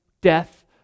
death